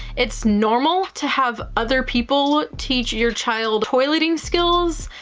it's normal to have other people teach your child toileting skills,